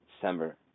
December